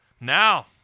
Now